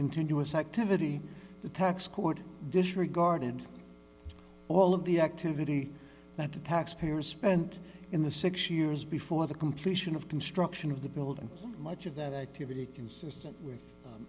continuous activity the tax court disregarded all of the activity that the tax payers spent in the six years before the completion of construction of the building much of that activity consistent with